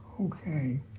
Okay